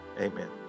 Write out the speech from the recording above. amen